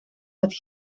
met